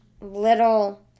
little